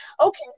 okay